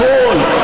הכול,